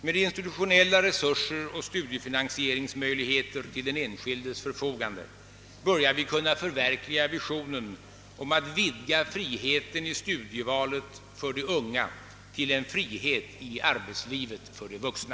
Med institutionella resurser och studiefinansieringsmöjligheter till den enskildes förfogande börjar vi förverkliga visionen om att vidga friheten i studievalet för de unga till en frihet i arbetslivet för de vuxna.